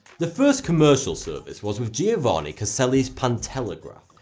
the first commercial service was with giovanni caselli's pantelegraph.